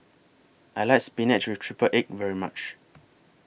I like Spinach with Triple Egg very much